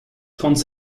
trente